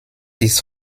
ist